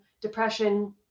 depression